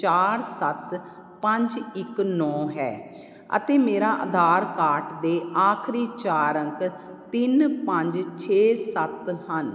ਚਾਰ ਸੱਤ ਪੰਜ ਇੱਕ ਨੌਂ ਹੈ ਅਤੇ ਮੇਰਾ ਆਧਾਰ ਕਾਰਡ ਦੇ ਆਖਰੀ ਚਾਰ ਅੰਕ ਤਿੰਨ ਪੰਜ ਛੇ ਸੱਤ ਹਨ